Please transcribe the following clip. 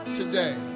today